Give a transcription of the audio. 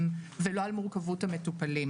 ולא על מורכבות המטופלים.